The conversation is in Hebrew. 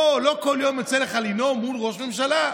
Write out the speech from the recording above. בוא, לא כל יום יוצא לך לנאום מול ראש ממשלה.